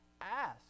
Ask